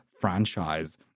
franchise